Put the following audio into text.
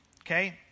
okay